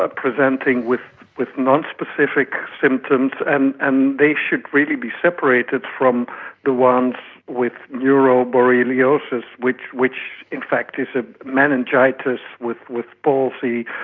ah presenting with with non-specific symptoms, and and they should really be separated from the ones with neuroborreliosis, which which in fact is a meningitis with with palsy,